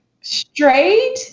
straight